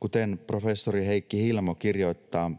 Kuten professori Heikki Hiilamo kirjoittaa,